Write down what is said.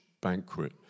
banquet